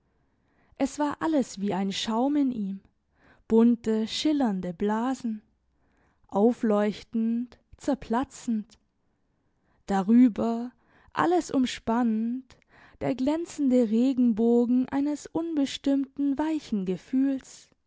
es war alles wie ein schaum in ihm bunte schillernde blasen aufleuchtend zerplatzend darüber alles umspannend der glänzende regenbogen eines unbestimmten weichen gefühls